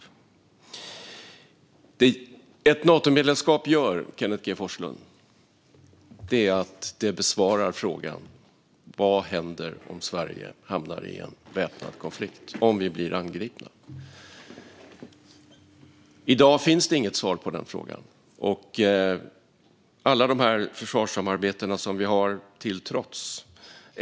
Vad ett Natomedlemskap gör, Kenneth G Forslund, är att besvara frågan: Vad händer om Sverige hamnar i en väpnad konflikt och om vi blir angripna? I dag finns inget svar på den frågan, alla de försvarssamarbeten vi har till trots.